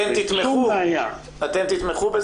אתם תתמכו בזה.